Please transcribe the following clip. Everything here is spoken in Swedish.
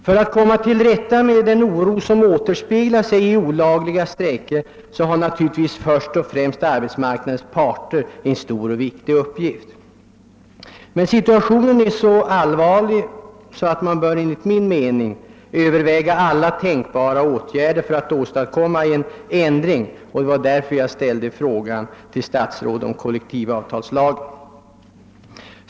För att komma till rätta med den oro som avspeglar sig i olagliga strejker har naturligtvis först och främst arbetsmarknadens parter en stor och viktig uppgift. Men situationen är så allvarlig att man enligt min mening bör överväga alla tänkbara åtgärder för att åstadkomma en ändring, och detta var anledningen till att jag ställde frågan till statsrådet om kollektivavtalslagen.